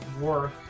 work